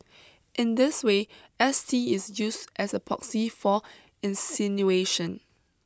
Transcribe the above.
in this way S T is used as a proxy for insinuation